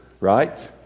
right